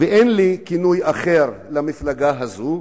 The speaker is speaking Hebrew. ואין לי כינוי אחר למפלגה הזאת,